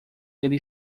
ele